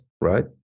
right